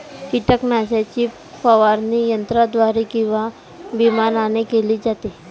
कीटकनाशकाची फवारणी यंत्राद्वारे किंवा विमानाने केली जाते